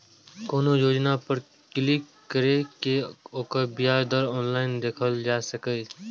कोनो योजना पर क्लिक कैर के ओकर ब्याज दर ऑनलाइन देखल जा सकैए